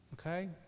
okay